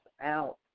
out